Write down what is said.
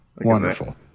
wonderful